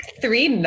Three